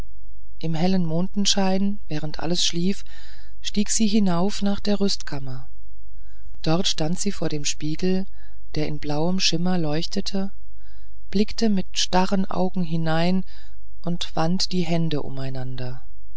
im hellen mondenschein während alles schlief stieg sie hinauf nach der rüstkammer dort stand sie vor dem spiegel der in blauem schimmer leuchtete blickte mit starren augen hinein und wand die hände umeinander